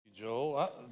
Joel